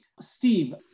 Steve